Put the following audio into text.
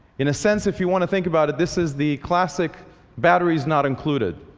in a sense if you want to think about it this is the classic batteries not included.